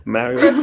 Mario